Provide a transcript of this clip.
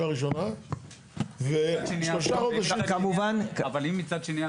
הראשונה ושלושה חודשים --- אבל אם מצד שני,